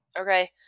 Okay